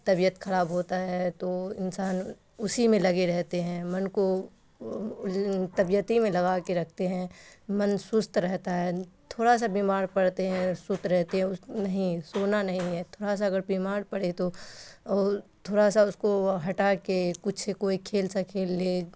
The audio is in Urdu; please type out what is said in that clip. طبیعت خراب ہوتا ہے تو انسان اسی میں لگے رہتے ہیں من کو طبیعت ہی میں لگا کے رکھتے ہیں من سست رہتا ہے تھورا سا بیمار پڑتے ہیں سست رہتے ہیں اس نہیں سونا نہیں ہے تھوڑا سا اگر بیمار پڑے تو تھوڑا سا اس کو ہٹا کے کچھ کوئی کھیل سا کھیل لیے